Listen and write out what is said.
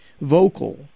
vocal